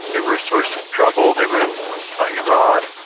they were a source of trouble, they were influenced by iran,